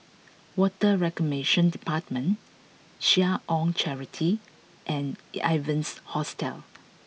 Water Reclamation Department Seh Ong Charity and Evans Hostel